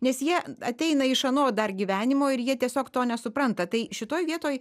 nes jie ateina iš ano dar gyvenimo ir jie tiesiog to nesupranta tai šitoj vietoj